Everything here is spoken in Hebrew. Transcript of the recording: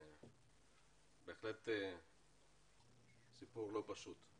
בהחלט סיפור לא פשוט.